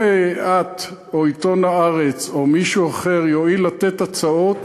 אם את או עיתון "הארץ" או מישהו אחר יואיל לתת הצעות,